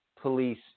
Police